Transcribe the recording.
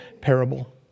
parable